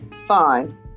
fine